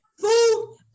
food